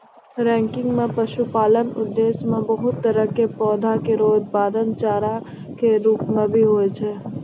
ranking म पशुपालन उद्देश्य सें बहुत तरह क पौधा केरो उत्पादन चारा कॅ रूपो म होय छै